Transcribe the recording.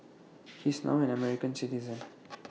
he is now an American citizen